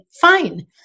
fine